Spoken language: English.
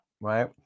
Right